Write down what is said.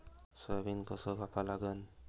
Soybean कस कापा लागन?